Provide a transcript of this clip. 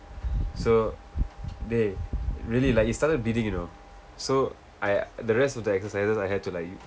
so dey really like it started bleeding you know so I the rest of the exercises I had to like you